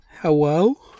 Hello